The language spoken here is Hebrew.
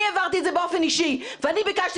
אני העברתי את זה באופן אישי ואני ביקשתי